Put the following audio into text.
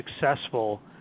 successful